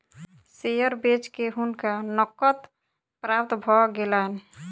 share बेच के हुनका नकद प्राप्त भ गेलैन